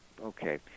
okay